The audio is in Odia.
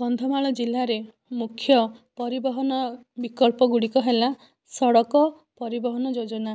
କନ୍ଧମାଳ ଜିଲ୍ଲାରେ ମୁଖ୍ୟ ପରିବହନ ବିକଳ୍ପ ଗୁଡ଼ିକ ହେଲା ସଡ଼କ ପରିବହନ ଯୋଜନା